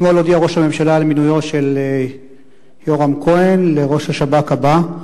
אתמול הודיע ראש הממשלה על מינויו של יורם כהן לראש השב"כ הבא,